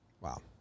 Wow